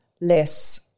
less